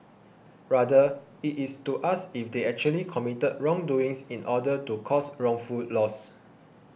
rather it is to ask if they actually committed wrongdoing in order to cause wrongful loss